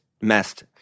messed